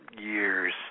years